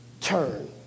Turn